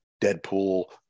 Deadpool